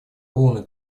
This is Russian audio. полный